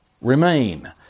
remain